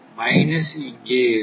minus இங்கே இருக்கும்